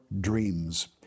dreams